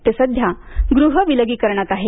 ते सध्या गृह विलगीकरणात आहेत